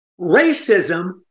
Racism